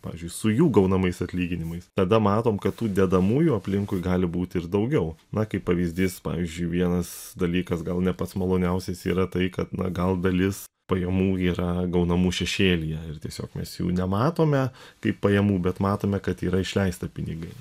pavyzdžiui su jų gaunamais atlyginimais tada matom kad tų dedamųjų aplinkui gali būti ir daugiau na kaip pavyzdys pavyzdžiui vienas dalykas gal ne pats maloniausias yra tai kad na gal dalis pajamų yra gaunamų šešėlyje ir tiesiog mes jų nematome kaip pajamų bet matome kad yra išleista pinigai